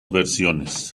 versiones